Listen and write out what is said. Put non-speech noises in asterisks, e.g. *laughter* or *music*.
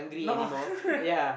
no *laughs*